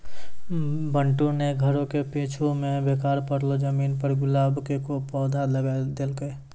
बंटू नॅ घरो के पीछूं मॅ बेकार पड़लो जमीन पर गुलाब के खूब पौधा लगाय देलकै